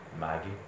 Maggie